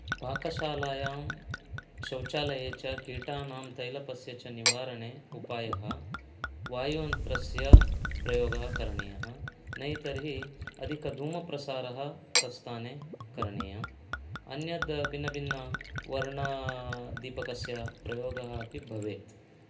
पाकशालायां शौचालये च कीटानां तैलपस्य च निवारणे उपायः वायुयन्त्रस्य प्रयोगः करणीयः नहि तर्हि अधिकधूमप्रसारः तत्स्थाने करणीयम् अन्यद् भिन्नभिन्नवर्णदीपकस्य प्रयोगः अपि भवेत्